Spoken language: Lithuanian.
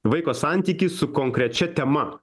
vaiko santykį su konkrečia tema